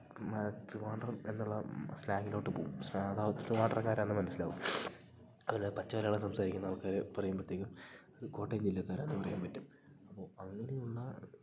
ട്രിവാന്ഡ്രം എന്നുള്ള ആ സ്ലാങ്ങിലോട്ട് പോവും സാധാ ട്രിവാന്ഡ്രംകാരാണെന്നു മനസ്സിലാവും അങ്ങനെ പച്ച മലയാളം സംസാരിക്കുന്ന ആൾക്കാര് പറയുമ്പോഴത്തേക്കും അത് കോട്ടയം ജില്ലക്കാരാണെന്നു പറയാന് പറ്റും അപ്പോള് അങ്ങനെയുള്ള